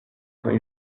quand